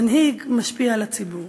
מנהיג משפיע על הציבור.